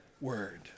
word